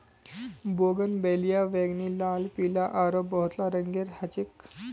bougainvillea बैंगनी, लाल, पीला आरो बहुतला रंगेर ह छे